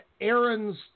Aaron's